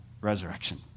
Resurrection